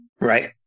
Right